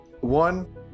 One